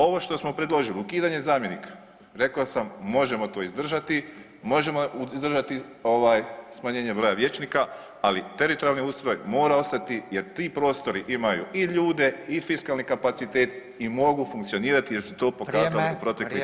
Ovo što smo predložili, ukidanje zamjenika, rekao sam, možemo to izdržati, možemo izdržati smanjenje broja vijećnika, ali teritorijalni ustroj mora ostati jer ti prostori imaju i ljude i fiskalni kapacitet i mogu funkcionirati jer se to pokazalo u proteklih